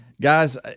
Guys